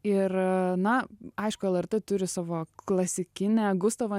ir na aišku lrt turi savo klasikinę gustavo